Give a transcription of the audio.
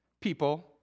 people